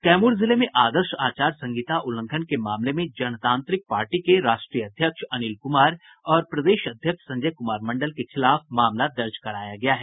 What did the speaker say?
कैमूर जिले में आदर्श आचार संहिता उल्लंघन के मामले में जनतांत्रिक पार्टी के राष्ट्रीय अध्यक्ष अनिल कुमार और प्रदेश अध्यक्ष संजय कुमार मंडल के खिलाफ मामला दर्ज कराया गया है